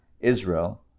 Israel